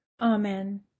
Amen